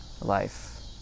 life